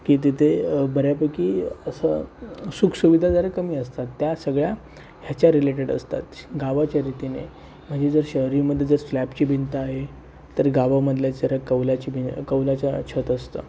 की तिथे बऱ्यापैकी असं सुखसुविधा जरा कमी असतात त्या सगळ्या ह्याच्या रिलेटेड असतात गावाच्या रीतीने म्हणजे जर शहरीमध्ये जर स्लॅबची भिंत आहे तर गावामधल्या जरा कौलाची भि कौलाच्या छत असतं